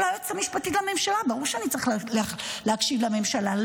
או שאני צריך להקשיב ליועצת המשפטית לממשלה?